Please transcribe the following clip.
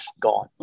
gone